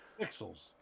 pixels